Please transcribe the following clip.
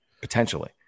potentially